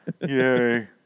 Yay